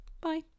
Bye